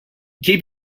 keep